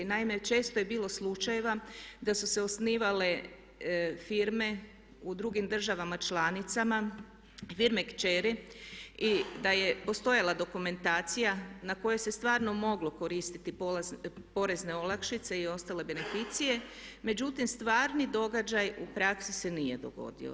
Naime, često je bilo slučajeva da su se osnivale firme u drugim državama članicama, firme kćeri, i da je postojala dokumentacija na kojoj se stvarno moglo koristiti porezne olakšice i ostale beneficije međutim stvarni događaj u praksi se nije dogodio.